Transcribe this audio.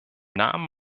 namen